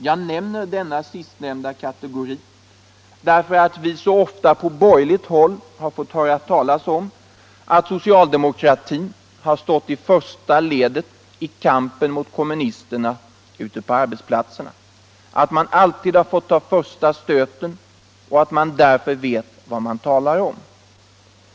Jag nämner den sistnämnda kategorin därför att vi så ofta på borgerligt håll har fått höra att socialdemokratin har stått i första ledet i kampen mot kommunisterna ute på arbetsplatserna, att man alltid har fått ta första stöten och därför vet vad man talar om.